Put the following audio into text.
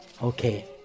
Okay